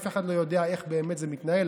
אף אחד לא יודע איך באמת זה מתנהל.